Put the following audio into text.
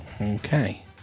Okay